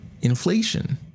inflation